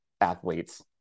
athletes